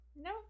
No